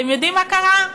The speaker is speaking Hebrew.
אתם יודעים מה קרה?